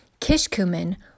Kishkumen